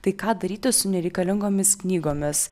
tai ką daryti su nereikalingomis knygomis